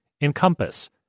Encompass